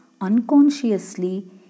unconsciously